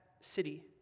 city